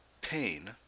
pain